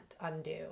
undo